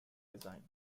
design